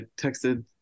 texted